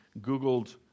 Googled